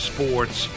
Sports